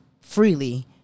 freely –